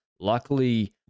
Luckily